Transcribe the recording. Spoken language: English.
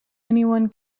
anyone